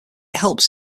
helps